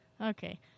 Okay